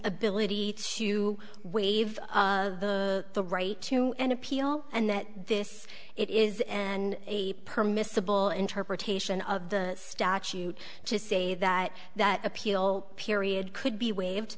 ability to waive the the right to an appeal and that this it is and a permissible interpretation of the statute to say that that appeal period could be waived